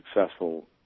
successful